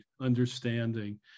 understanding